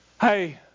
Hey